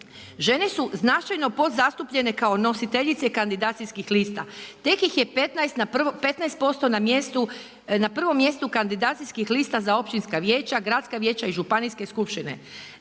Žene su značajno podzastupljene kao nositeljice kandidacijskih lista, tek ih je 15 na prvu, 15% na prvom mjestu kandidacijska lista za općinska vijeća, gradska vijeća i županijske skupštine.